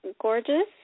gorgeous